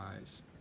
eyes